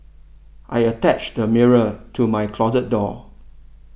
I attached a mirror to my closet door